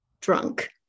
drunk